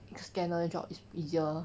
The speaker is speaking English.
scannner job is easier